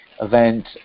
event